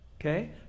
Okay